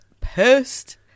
pissed